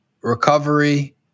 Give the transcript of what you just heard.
Recovery